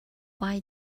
why